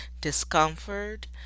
discomfort